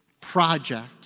project